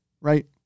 right